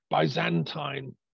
Byzantine